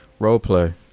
Roleplay